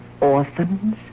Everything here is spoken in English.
orphans